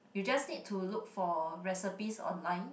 you just need to look for recipes online